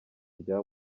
rya